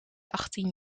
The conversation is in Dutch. achttien